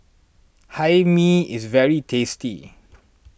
Hae Mee is very tasty